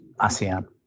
ASEAN